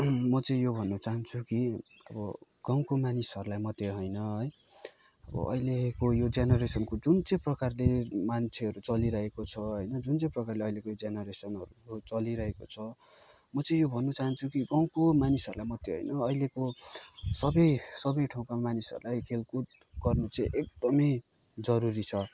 म चाहिँ यो भन्नु चाहन्छु कि अब गाउँको मानिसहरूलाई मात्रै होइन है अब अहिलेको यो जेनरेसनको जुन चाहिँ प्रकारले मान्छेहरू चलिरहेको छ होइन जुन चाहिँ प्रकारले अहिलेको जेनरेसनहरू चलिरहेको छ म चाहिँ यो भन्न चाहन्छु कि गाउँको मानिसहरूलाई मात्रै होइन अहिलेको सबै सबै ठाउँका मानिसहरूलाई खेलकुद गर्न चाहिँ एकदमै जरुरी छ